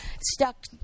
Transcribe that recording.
stuck